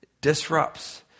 disrupts